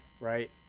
right